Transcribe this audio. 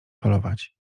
falować